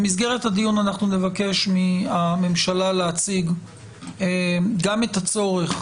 במסגרת הדיון אנחנו נבקש מהממשלה להציג גם את הצורך,